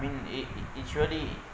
I mean it it surely